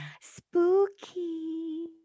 spooky